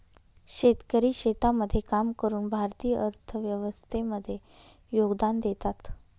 शेतकरी शेतामध्ये काम करून भारतीय अर्थव्यवस्थे मध्ये योगदान देतात